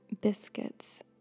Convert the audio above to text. Biscuits